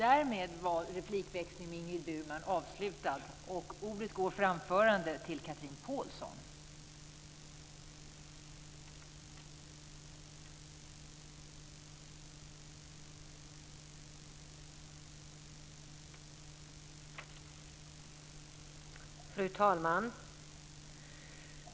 Fru talman!